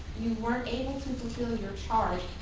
you weren't able to fulfill your charge.